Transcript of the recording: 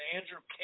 Andrew